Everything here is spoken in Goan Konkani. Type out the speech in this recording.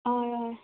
अय अय